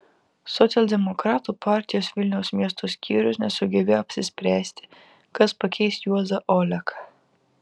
socialdemokratų partijos vilniaus miesto skyrius nesugebėjo apsispręsti kas pakeis juozą oleką